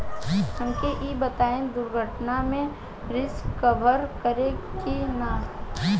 हमके ई बताईं दुर्घटना में रिस्क कभर करी कि ना?